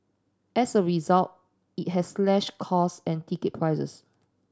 as a result it has slashed costs and ticket prices